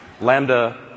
Lambda